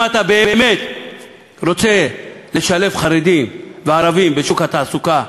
אם אתה באמת רוצה לשלב חרדים וערבים בשוק התעסוקה,